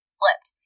slipped